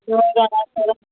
سیُون رَنان کٔران